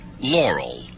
Laurel